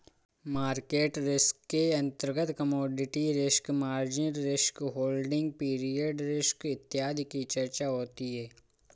market risk के अंतर्गत commodity risk, margin risk, holding period risk इत्यादि की चर्चा होती है